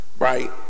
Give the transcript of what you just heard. right